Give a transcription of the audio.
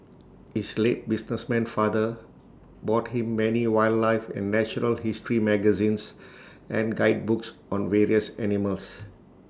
his late businessman father bought him many wildlife and natural history magazines and guidebooks on various animals